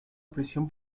prisión